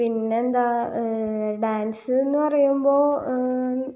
പിന്നെന്താ ഡാൻസ് എന്ന് പറയുമ്പോൾ